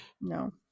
No